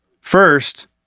First